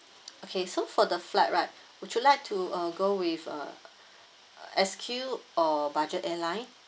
okay so for the flight right would you like to uh go with uh S_Q or budget airline